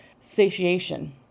satiation